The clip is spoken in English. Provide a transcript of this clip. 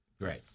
Great